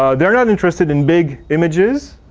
ah they are not interested in big images.